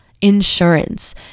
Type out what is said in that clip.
insurance